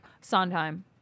Sondheim